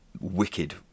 wicked